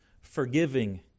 Forgiving